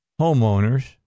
homeowners